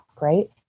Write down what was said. right